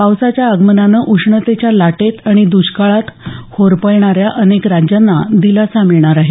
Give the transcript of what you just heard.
पावसाच्या आगमनानं उष्णतेच्या लाटेत आणि दष्काळात होरपळणाऱ्या अनेक राज्यांना दिलासा मिळणार आहे